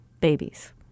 babies